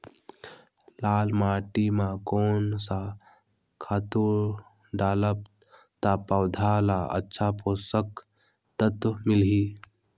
लाल माटी मां कोन सा खातु डालब ता पौध ला अच्छा पोषक तत्व मिलही?